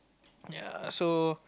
ya so